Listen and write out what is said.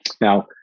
Now